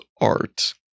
art